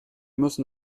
müssen